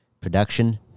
production